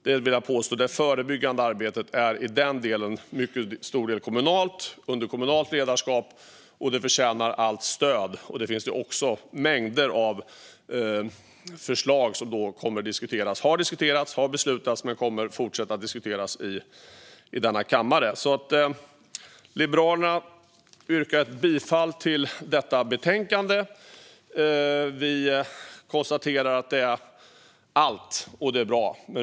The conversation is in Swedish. Det förebyggande arbetet är till mycket stor del kommunalt, under kommunalt ledarskap, och förtjänar allt stöd. Här finns det mängder av förslag som har diskuterats och beslutats men också förslag som kommer att fortsätta diskuteras i denna kammare. Jag yrkar för Liberalernas del bifall till utskottets förslag i detta betänkande. Vi konstaterar att det är allt, och det är bra.